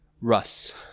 Russ